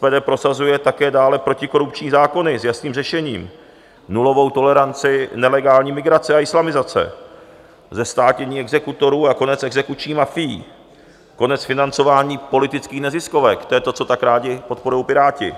SPD prosazuje také dále protikorupční zákony s jasným řešením, nulovou toleranci nelegální migrace a islamizace, zestátnění exekutorů a konec exekučních mafií, konec financování politických neziskovek to je to, co tak rádi podporují Piráti.